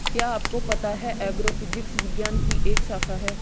क्या आपको पता है एग्रोफिजिक्स विज्ञान की एक शाखा है?